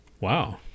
Wow